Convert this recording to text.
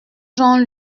jean